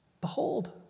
Behold